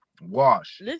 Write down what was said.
Wash